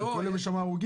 כי כל יום יש שם הרוגים,